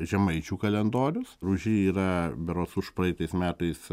žemaičių kalendorius ir už jį yra berods užpraeitais metais